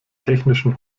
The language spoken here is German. technischen